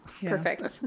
perfect